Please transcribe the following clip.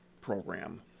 program